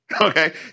okay